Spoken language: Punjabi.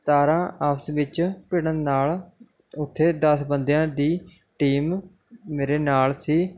ਤਾਰਾਂ ਆਪਸ ਵਿੱਚ ਭਿੜਨ ਨਾਲ ਉੱਥੇ ਦਸ ਬੰਦਿਆਂ ਦੀ ਟੀਮ ਮੇਰੇ ਨਾਲ ਸੀ